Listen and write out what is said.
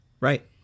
Right